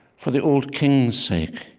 for the old king's sake,